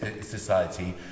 society